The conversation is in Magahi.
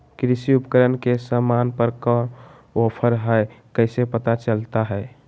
कृषि उपकरण के सामान पर का ऑफर हाय कैसे पता चलता हय?